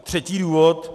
Třetí důvod.